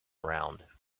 around